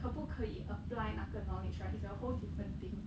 可不可以 apply 那个 knowledge right is a whole different thing